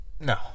No